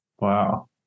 Wow